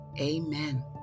amen